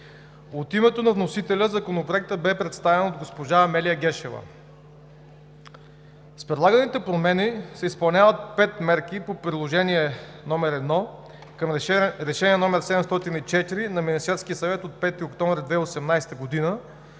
От името на вносителя Законопроектът бе представен от госпожа Амелия Гешева. С предлаганите промени се изпълняват пет мерки по Приложение № 1 към Решение № 704 на Министерския съвет от 5 октомври 2018 г. за